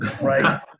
right